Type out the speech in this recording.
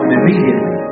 immediately